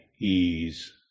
ease